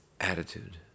attitude